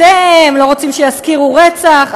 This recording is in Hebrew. "אתם לא רוצים שיזכירו רצח".